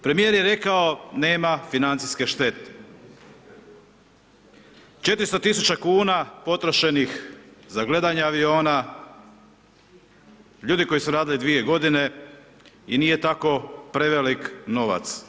Premijer je rekao nema financijske štete, 400 000 kuna potrošenih za gledanje aviona, ljudi koji su radili dvije godine i nije tako prevelik novac.